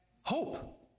hope